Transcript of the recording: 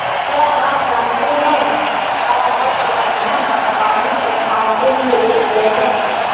क्या आप जानते है परागण प्रबंधन बागवानी प्रथाओं के लिए एक लेबल है?